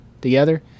together